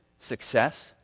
success